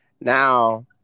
Now